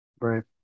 Right